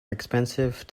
expensive